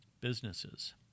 businesses